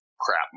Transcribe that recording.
crap